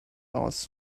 aus